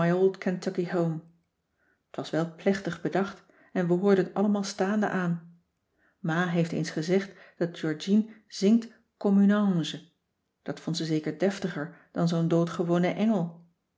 t was wel plechtig bedacht en we hoorde het allemaal staande aan ma heeft eens gezegd dat georgien zingt comme une ange dat vond ze zeker deftiger dan zoo'n doodgewone engel